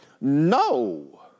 No